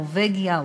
נורבגיה,